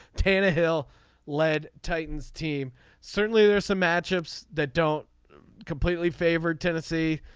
tannehill led titans team certainly there are some matchups that don't completely favorite tennessee.